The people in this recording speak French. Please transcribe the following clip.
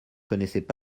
connaissaient